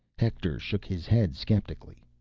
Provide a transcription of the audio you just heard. hector shook his head skeptically.